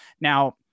Now